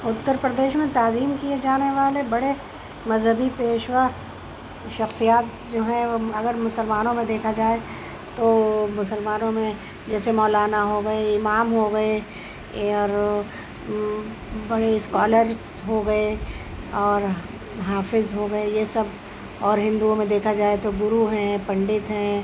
اترپردیش میں تعظیم کیے جانے والے بڑے مذہبی پیشوا شخصیات جو ہیں وہ اگر مسلمانوں میں دیکھا جائے تو مسلمانوں میں جیسے مولانا ہو گئے امام ہو گئے اور بڑے اسکالرس ہو گئے اور حافظ ہو گئے یہ سب اور ہندوؤں میں دیکھا جائے تو گرو ہیں پنڈت ہیں